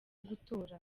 gutora